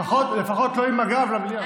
לפחות לא עם הגב למליאה.